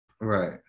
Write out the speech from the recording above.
right